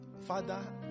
Father